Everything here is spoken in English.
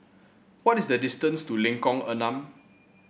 what is the distance to Lengkong Enam